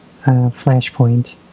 flashpoint